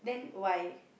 why